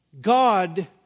God